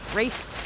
race